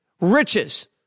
riches